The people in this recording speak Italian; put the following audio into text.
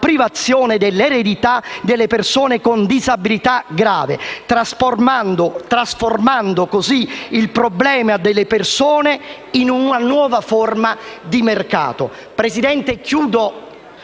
privazione dell'eredità delle persone con disabilità grave, trasformando così il problema delle persone in una nuova forma di mercato. Signor Presidente, soltanto